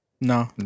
No